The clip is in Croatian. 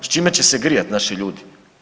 S čime će se grijati naši ljudi?